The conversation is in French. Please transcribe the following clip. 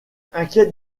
inquiète